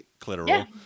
clitoral